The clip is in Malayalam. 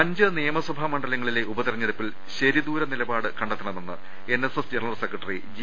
അഞ്ച് നിയമസഭാ മണ്ഡലങ്ങളിലെ ഉപതെരഞ്ഞെടുപ്പിൽ ശരി ദൂര നിലപാട് കണ്ടെത്തണമെന്ന് എൻഎസ്എസ് ജനറൽ സെക്രട്ടറി ജി